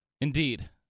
Indeed